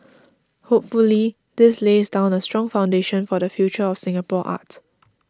hopefully this lays down a strong foundation for the future of Singapore art